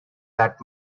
that